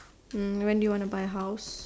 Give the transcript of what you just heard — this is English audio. um when do you want to buy a house